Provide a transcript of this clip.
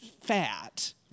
fat